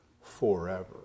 forever